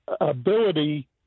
ability